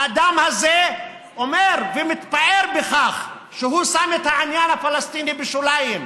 האדם הזה אומר ומתפאר בכך שהוא שם את העניין הפלסטיני בשוליים.